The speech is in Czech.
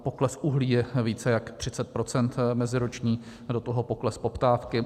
Pokles uhlí je více jak 30 % meziroční a do toho pokles poptávky.